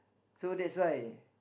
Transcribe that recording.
so that's why